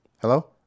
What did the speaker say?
Hello